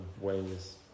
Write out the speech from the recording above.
ways